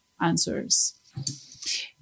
answers